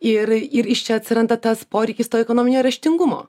ir ir iš čia atsiranda tas poreikis to ekonominio raštingumo